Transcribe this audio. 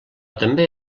també